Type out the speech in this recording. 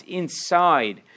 inside